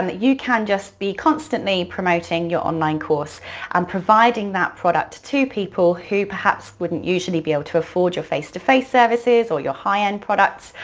um you can just be constantly promoting your online course and providing that product to to people who perhaps wouldn't usually be able to afford your face to face services or your high-end products,